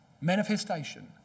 manifestation